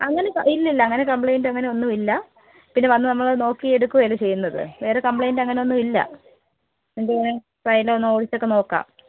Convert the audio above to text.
അങ്ങനെ ഇല്ലില്ല അങ്ങനെ കംപ്ലയിൻറ് അങ്ങനെ ഒന്നും ഇല്ല പിന്നെ വന്ന് നമ്മൾ നോക്കി എടുക്കുകയല്ലേ ചെയ്യുന്നത് വേറെ കംപ്ലൈയിൻറ് അങ്ങനെയൊന്നും ഇല്ല ഒന്ന് ഓടിച്ചൊക്കെ നോക്കാം